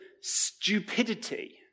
stupidity